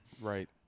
Right